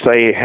say